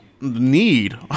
need